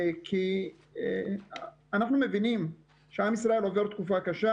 כי אנחנו מבינים שעם ישראל עובר תקופה קשה